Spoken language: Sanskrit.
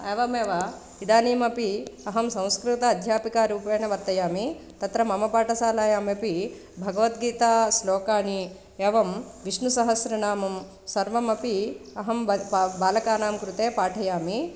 एवमेव इदानीमपि अहं संस्कृतम् अध्यापिकारूपेण वर्तयामि तत्र मम पाठशालायामपि भगवद्गीताश्लोकानि एवं विष्णुसहस्रनामं सर्वमपि अहं वद् पा बालकानां कृते पाठयामि